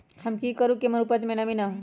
हम की करू की हमर उपज में नमी न होए?